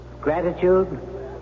Gratitude